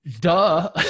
duh